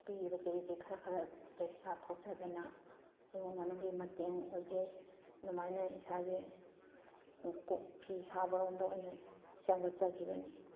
ꯄꯤꯕꯗꯩ ꯑꯩꯁꯦ ꯈꯔ ꯈꯔ ꯄꯩꯁꯥ ꯊꯣꯛꯆꯗꯅ ꯏꯃꯨꯡ ꯃꯅꯨꯡꯒꯤ ꯃꯇꯦꯡ ꯑꯣꯏꯖꯩ ꯑꯗꯨꯃꯥꯏꯅ ꯏꯁꯥꯁꯦ ꯐꯤ ꯁꯥꯕꯔꯣꯝꯗ ꯑꯣꯏꯅ ꯁꯦꯝꯒꯠꯆꯈꯤꯕꯅꯤ